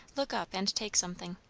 look up and take something.